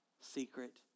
secret